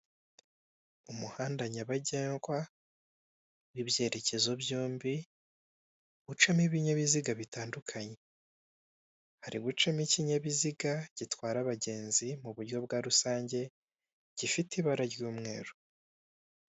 Umuhanda nyabagendwa w'ibyerekezo byombi, ucamo ibinyabiziga bitandukanye. Hari gucamo ikinyabiziga gitwara abagenzi mu buryo bwa rusange, gifite ibara ry'umweru.